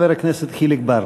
חבר הכנסת חיליק בר.